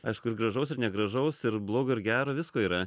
aišku ir gražaus ir negražaus ir blogo ir gero visko yra